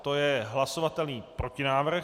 To je hlasovatelný protinávrh.